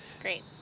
Great